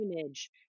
image